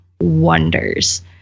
wonders